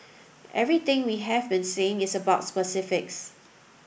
everything we have been saying is about specifics